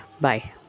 Bye